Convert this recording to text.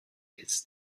its